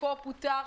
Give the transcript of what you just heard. חלקו פוטר,